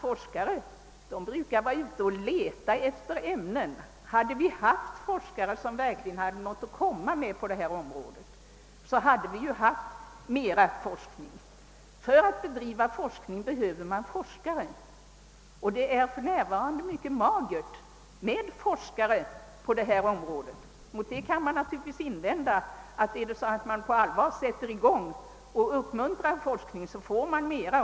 Forskare brukar ju leta efter ämnen, och om det verkligen funnits forskare som hade något att komma med på detta område, så hade också mera forskning förekommit. För att bedriva forskning behöver man ju forskare, och det är för närvarande mycket magert med forskare på området. — Mot detta resonemang kan naturligtvis invändas, att om man på allvar uppmuntrar forskningen, så får man mera forskning.